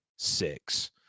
six